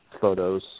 photos